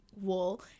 wall